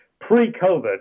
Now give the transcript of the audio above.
pre-COVID